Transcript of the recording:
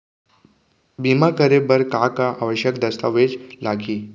बीमा करे बर का का आवश्यक दस्तावेज लागही